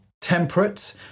temperate